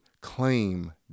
claim